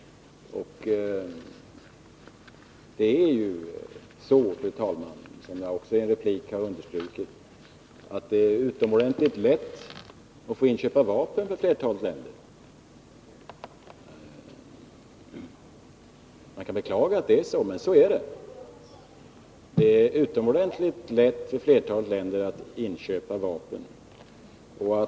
Det är ju så, fru talman, som jag också har understrukit i en replik, att det för flertalet länder är utomordentligt lätt att få inköpa vapen. Man kan beklaga det, men så är det.